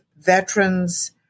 veterans